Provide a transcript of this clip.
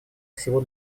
всего